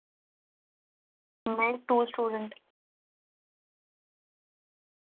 ma'am two student